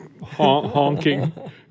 honking